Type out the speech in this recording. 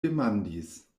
demandis